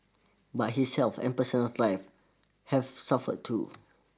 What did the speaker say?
but his health and personal life have suffered too